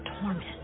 torment